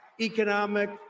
economic